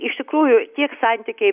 iš tikrųjų tiek santykiai